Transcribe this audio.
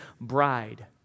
bride